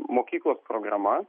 mokyklos programa